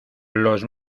los